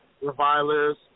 revilers